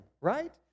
right